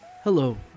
Hello